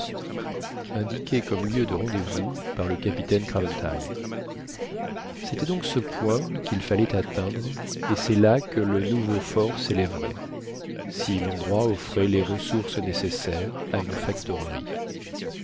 indiqué comme lieu de rendez-vous par le capitaine craventy c'était donc ce point qu'il fallait atteindre et c'est là que le nouveau fort s'élèverait si l'endroit offrait les ressources nécessaires à une factorerie